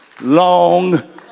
long